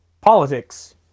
politics